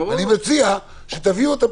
אני מציע שתביאו את הפתרונות,